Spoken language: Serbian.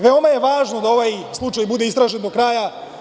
Veoma je važno da ovaj slučaj bude istražen do kraja.